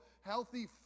Healthy